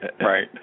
right